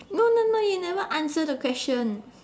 no no no you never answer the question